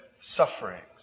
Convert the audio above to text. sufferings